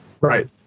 Right